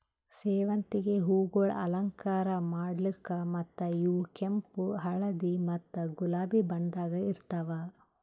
ಸೇವಂತಿಗೆ ಹೂವುಗೊಳ್ ಅಲಂಕಾರ ಮಾಡ್ಲುಕ್ ಮತ್ತ ಇವು ಕೆಂಪು, ಹಳದಿ ಮತ್ತ ಗುಲಾಬಿ ಬಣ್ಣದಾಗ್ ಇರ್ತಾವ್